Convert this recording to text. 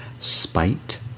spite